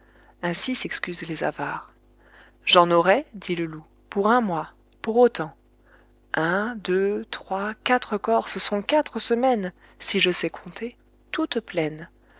j'en aurai dit le loup pour un mois pour autant on deux trois quatre corps ce sont quatre semaines si je sais compter toutes pleines